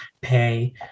pay